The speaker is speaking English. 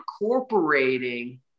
incorporating